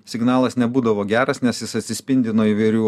signalas nebūdavo geras nes jis atsispindi nuo įvairių